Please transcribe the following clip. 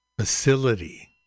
Facility